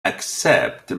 accepte